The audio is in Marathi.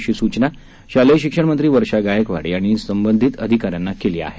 अशी सूचना शालेय शिक्षणमंत्री वर्षा गायकवाड यांनी संबंधित अधिकाऱ्यांना केली आहे